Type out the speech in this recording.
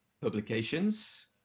publications